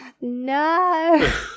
No